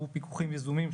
שהוא פקוחים יזומים,